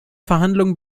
verhandlungen